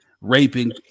raping